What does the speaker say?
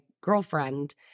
girlfriend